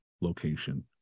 location